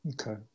Okay